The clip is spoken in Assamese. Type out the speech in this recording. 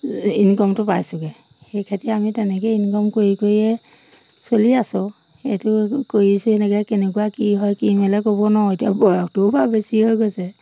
ইনকমটো পাইছোঁগে সেই খেতি আমি তেনেকেই ইনকম কৰি কৰিয়ে চলি আছোঁ সেইটো কৰিছোঁ এনেকৈ কেনেকুৱা কি হয় কি মেলে ক'ব নোৱাৰো এতিয়া বয়সটোও বাৰু বেছি হৈ গৈছে